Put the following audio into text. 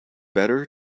better